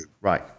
Right